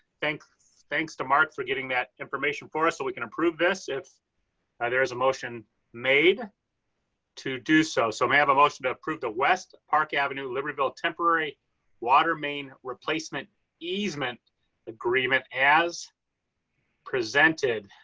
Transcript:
thanks thanks to mark for getting that information for us so we can improve this if there is a motion made to do so. so may i have a motion to approve the west park avenue, libertyville, temporary water main replacement easement agreement as presented.